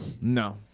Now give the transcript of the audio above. No